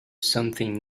something